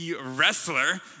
wrestler